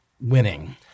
winning